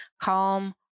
calm